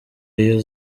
iyo